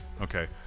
Okay